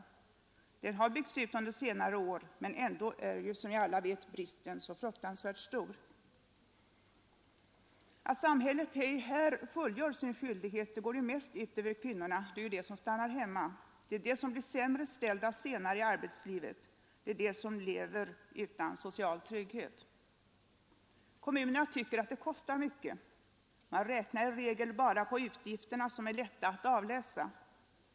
Barntillsynen har byggts ut under senare år, men ändå är, som vi alla vet, bristen fruktansvärt stor. Att samhället ej här fullgör sin skyldighet går mest ut över kvinnorna — det är de som stannar hemma, det är de som blir sämre ställda senare i arbetslivet, det är de som lever utan social trygghet. Kommunerna tycker att det kostar mycket pengar. Man räknar i regel på utgifterna, som är lätta att avläsa.